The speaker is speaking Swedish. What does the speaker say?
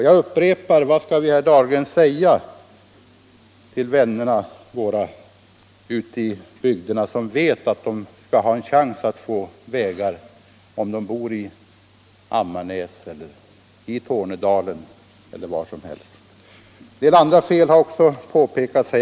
Jag upprepar: Vad skall vi, herr Dahlgren, säga till våra vänner ute i bygderna som vet att de skall ha en chans att få vägar — om de bor i Ammarnäs, i Tornedalen eller var som helst? En del andra fel har också påpekats här.